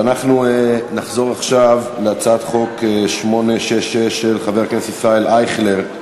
נחזור עכשיו להצעת חוק 866 של חבר הכנסת ישראל אייכלר,